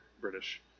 British